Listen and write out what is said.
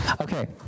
Okay